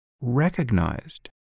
recognized